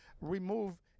remove